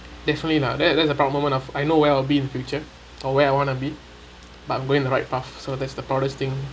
definitely lah then that's a proud moment of I know where I'll be in future or where I want to be but I'm going the right path so that's the proudest thing